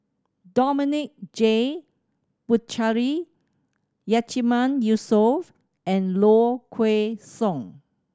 Dominic J Puthucheary Yatiman Yusof and Low Kway Song